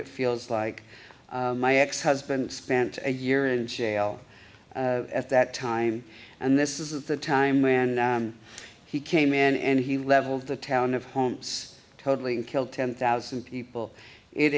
it feels like my ex husband spent a year in jail at that time and this is the time when he came in and he leveled the town of homes totally and killed ten thousand people it